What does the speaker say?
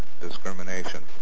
discrimination